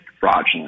fraudulent